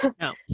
No